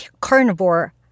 carnivore